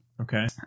Okay